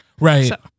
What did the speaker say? Right